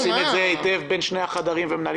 אנחנו עושים את זה היטב בין שני החדרים ומנהלים את הדיון.